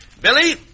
Billy